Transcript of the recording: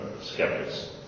skeptics